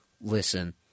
listen